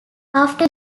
after